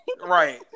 Right